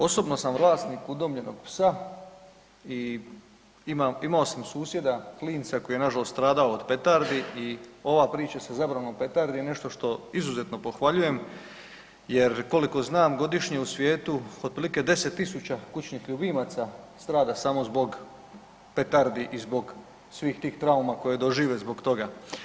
Osobno sam vlasnik udomljenog psa i imam, imao sam susjeda, klinca koji je nažalost stradao od petardi i ova priča sa zabranom petardi je nešto što izuzetno pohvaljujem jer koliko znam, godišnje u svijetu, otprilike 10 tisuća kućnih ljubimaca strada samo zbog petardi i zbog svih tih trauma koje dožive zbog toga.